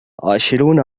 عشرون